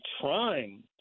trying